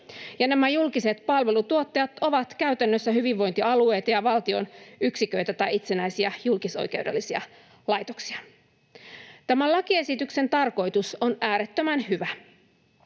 Nämä julkiset palveluntuottajat ovat käytännössä hyvinvointialueita ja valtion yksiköitä tai itsenäisiä julkisoikeudellisia laitoksia. Tämän lakiesityksen tarkoitus on äärettömän hyvä.